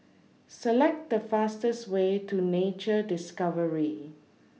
Select The fastest Way to Nature Discovery